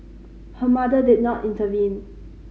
her mother did not intervene